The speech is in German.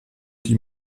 die